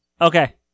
Okay